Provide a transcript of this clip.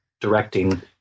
directing